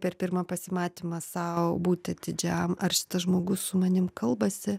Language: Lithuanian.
per pirmą pasimatymą sau būti atidžiam ar šitas žmogus su manim kalbasi